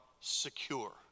secure